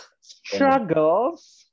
Struggles